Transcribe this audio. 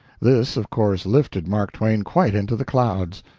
this, of course, lifted mark twain quite into the clouds.